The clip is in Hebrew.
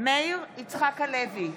מאיר יצחק הלוי,